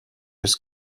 his